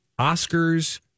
Oscars